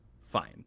fine